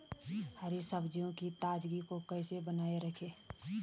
हरी सब्जियों की ताजगी को कैसे बनाये रखें?